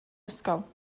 ysgol